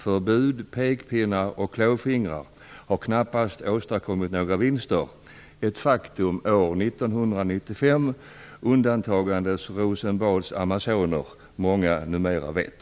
Förbud, pekpinnar och "klåfingrar" har knappast åstadkommit några vinster. Ett faktum år 1995, undantagandes Rosenbads amazoner, många numera vet.